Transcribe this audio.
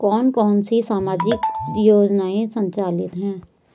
कौन कौनसी सामाजिक योजनाएँ संचालित है?